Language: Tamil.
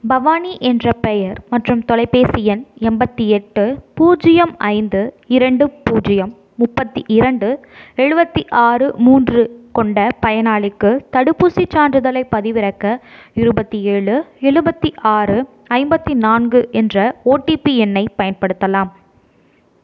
பவானி என்ற பெயர் மற்றும் தொலைபேசி எண் எண்பத்தி எட்டு பூஜ்ஜியம் ஐந்து இரண்டு பூஜ்ஜியம் முப்பத்தி இரண்டு எழுபத்தி ஆறு மூன்று கொண்ட பயனாளிக்கு தடுப்பூசிச் சான்றிதழைப் பதிவிறக்க இருபத்தி ஏழு எழுபத்தி ஆறு ஐம்பத்தி நான்கு என்ற ஓடிபி எண்ணைப் பயன்படுத்தலாம்